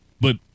But-